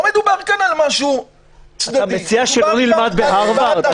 לא מדובר כאן על משהו צדדי -- אתה מציע שלא נלמד בהרווארד?